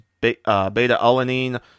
beta-alanine